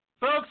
Folks